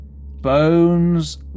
Bones